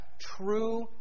true